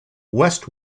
west